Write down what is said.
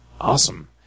awesome